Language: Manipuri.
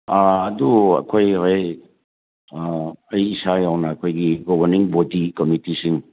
ꯑꯥ ꯑꯗꯨ ꯑꯩꯈꯣꯏ ꯍꯣꯏ ꯑꯩ ꯏꯁꯥ ꯌꯥꯎꯅ ꯑꯩꯈꯣꯏꯒꯤ ꯒꯣꯕꯔꯅꯤꯡ ꯕꯣꯗꯤ ꯀꯝꯃꯤꯇꯤꯁꯤꯡ